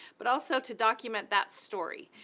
but also to document that story.